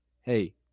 hey